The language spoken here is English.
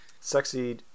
Sexy